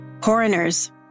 Coroners